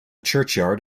churchyard